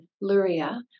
Luria